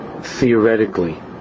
theoretically